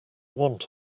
want